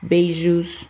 Beijos